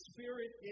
Spirit